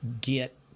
get